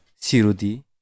Sirudi